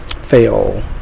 fail